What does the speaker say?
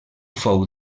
fou